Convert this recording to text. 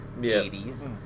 80s